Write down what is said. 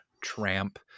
tramp